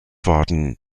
worden